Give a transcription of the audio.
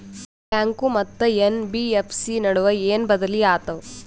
Bank ಮತ್ತ NBFC ನಡುವ ಏನ ಬದಲಿ ಆತವ?